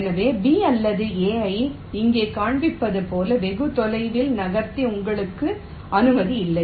எனவே B அல்லது A ஐ இங்கே காண்பிப்பது போல வெகு தொலைவில் நகர்த்த உங்களுக்கு அனுமதி இல்லை